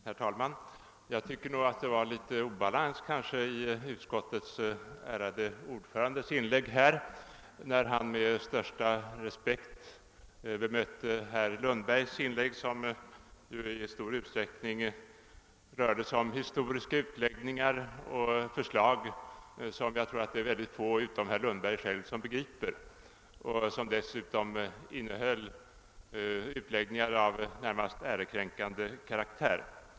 Herr talman! Jag tycker nog att det låg litet obalans i det inlägg som utskottets ärade ordförande gjorde när han med största respekt bemötte herr Lundbergs anförande, som i stor utsträckning rörde sig om historiska utläggningar och förslag vilka jag tror att mycket få utom herr Lundberg själv begriper och vilka dessutom innehöll formuleringar av närmast ärekränkande karaktär.